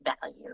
value